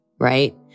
right